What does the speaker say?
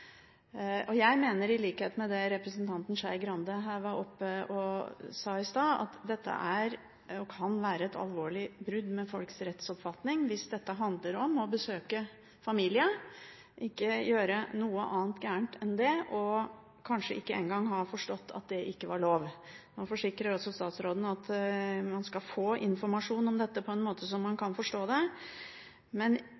straffeloven. Jeg mener – i likhet med representanten Skei Grande, som var oppe på talerstolen og sa det i stad – at det kan være et alvorlig brudd med folks rettsoppfatning hvis det handler om å besøke familie, ikke gjøre noe annet galt enn det, og kanskje ikke engang ha forstått at det ikke var lov. Statsråden forsikrer nå om at man skal få informasjon om dette på en sånn måte at man